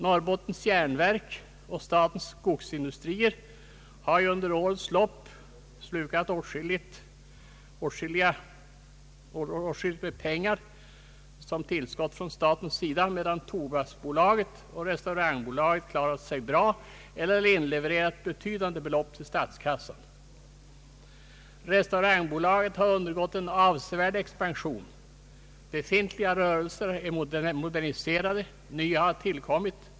Norrbottens Järnverk och Statens skogsindustrier har ju under årens lopp slukat stora belopp som tillskott från statens sida, medan Tobaksbolaget och Restaurangbolaget klarat sig bra eller inlevererat betydande belopp till statskassan. Restaurangbolaget har undergått en avsevärd expansion. Befintliga rörelser har moderniserats och nya har tillkommit.